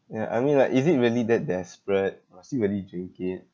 ya I mean like is it really that desperate must you really drink it